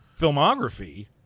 filmography